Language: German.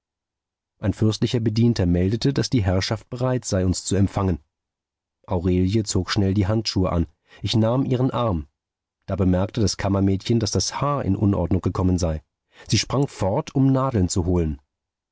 ein fürstlicher bedienter meldete daß die herrschaft bereit sei uns zu empfangen aurelie zog schnell die handschuhe an ich nahm ihren arm da bemerkte das kammermädchen daß das haar in unordnung gekommen sei sie sprang fort um nadeln zu holen